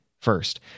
first